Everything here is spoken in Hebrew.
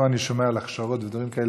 פה אני שומע על הכשרות ודברים כאלה.